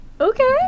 Okay